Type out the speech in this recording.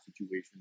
situation